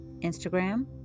Instagram